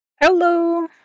Hello